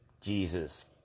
Jesus